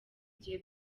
gihe